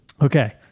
Okay